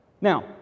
Now